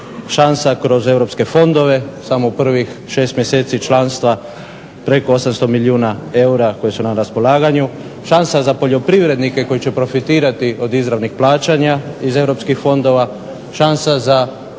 šansa kroz europske fondove. Samo u prvih 6 mjeseci članstva preko 800 milijuna eura koji su na raspolaganju, šansa za poljoprivrednike koji će profitirati od izravnih plaćanja iz europskih fondova, šansa za